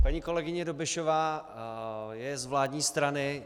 Paní kolegyně Dobešová je z vládní strany.